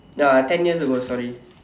ya ten years ago sorry